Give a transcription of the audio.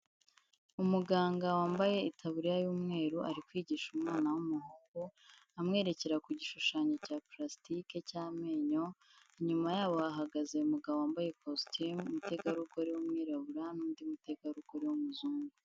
Umuganga wambaye itaburiya y'umweru, ari kwigisha umwana w'umuhungu amwerekera ku gishushanyo cya palasitike cy'amenyo, nyuma yaho ahagaze umu umugabo wambaye kositimu, umutegarugori w'umwirabura n'undi mutegarugori w'umuzungu.